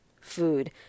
food